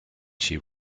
she